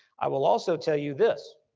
i will also tell you this,